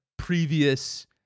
previous